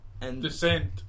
Descent